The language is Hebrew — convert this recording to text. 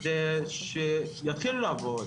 שיתחילו לעבוד